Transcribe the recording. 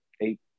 eight